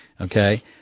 Okay